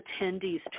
attendees